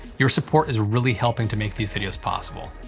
your support is really helping to make these videos possible.